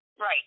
Right